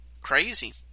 Crazy